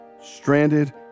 stranded